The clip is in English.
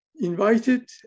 Invited